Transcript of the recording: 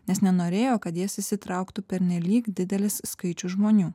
nes nenorėjo kad į jas įsitrauktų pernelyg didelis skaičius žmonių